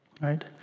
right